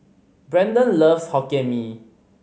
Brendon loves Hokkien Mee